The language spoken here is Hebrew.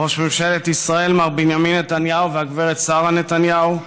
ראש ממשלת ישראל מר בנימין נתניהו והגברת שרה נתניהו,